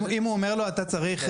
אם הוא אומר לו אתה צריך,